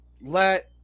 let